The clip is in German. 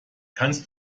kannst